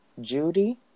Judy